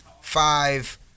five